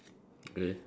really